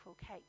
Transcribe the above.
cake